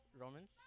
Romans